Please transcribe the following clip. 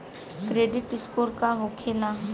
Credit score का होखेला?